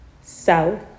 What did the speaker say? south